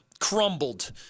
crumbled